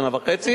שנה וחצי,